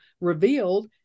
revealed